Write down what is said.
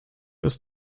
ist